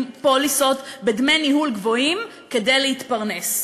פוליסות בדמי ניהול גבוהים כדי להתפרנס.